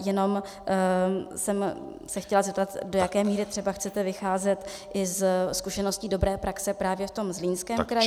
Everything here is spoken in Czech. Jenom jsem se chtěla zeptat, do jaké míry třeba chcete vycházet i ze skutečností dobré praxe právě ve Zlínském kraji.